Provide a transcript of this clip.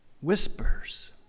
Whispers